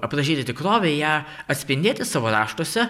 aprašyti tikrovę ją atspindėti savo raštuose